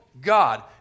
God